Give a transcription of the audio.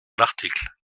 l’article